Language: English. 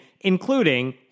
including